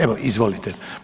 Evo izvolite.